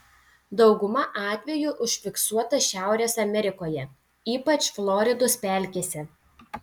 dauguma atvejų užfiksuota šiaurės amerikoje ypač floridos pelkėse